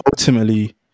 ultimately